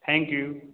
thank you